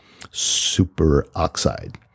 superoxide